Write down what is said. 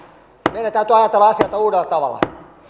meidän täytyy ajatella asioita uudella tavalla